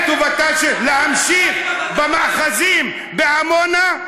להמשיך במאחזים, בעמונה?